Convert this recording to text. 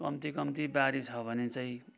कम्ती कम्ती बारी छ भने चाहिँ